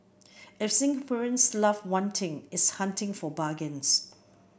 if Singaporeans love one thing it's hunting for bargains